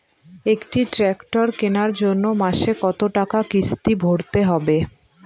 একটি ট্র্যাক্টর কেনার জন্য মাসে কত টাকা কিস্তি ভরতে হবে?